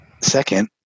second